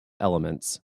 elements